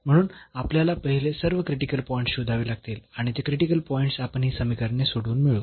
म्हणून आपल्याला पहिले सर्व क्रिटिकल पॉईंट्स शोधावे लागतील आणि ते क्रिटिकल पॉईंट्स आपण ही समीकरणे सोडवून मिळवू